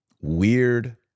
weird